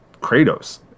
Kratos